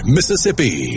Mississippi